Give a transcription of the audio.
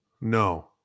No